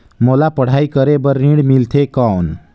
मोला पढ़ाई करे बर ऋण मिलथे कौन?